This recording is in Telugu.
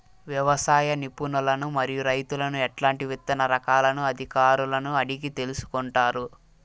వ్యవసాయ నిపుణులను మరియు రైతులను ఎట్లాంటి విత్తన రకాలను అధికారులను అడిగి తెలుసుకొంటారు?